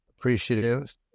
appreciative